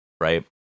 right